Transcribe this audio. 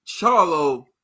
Charlo